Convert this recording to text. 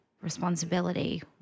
responsibility